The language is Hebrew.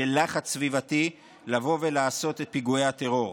של לחץ סביבתי לבוא ולעשות את פיגועי הטרור.